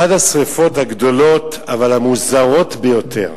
אחת השרפות הגדולות אבל המוזרות ביותר